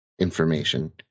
information